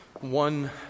one